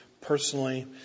personally